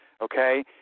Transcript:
okay